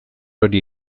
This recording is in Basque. hori